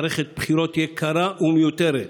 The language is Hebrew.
מערכת בחירות יקרה ומיותרת,